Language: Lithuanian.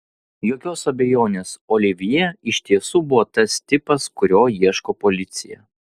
jokios abejonės olivjė iš tiesų buvo tas tipas kurio ieško policija